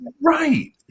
Right